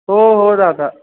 हो हो दादा